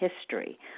history